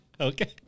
Okay